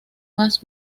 más